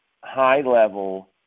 high-level